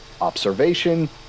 observation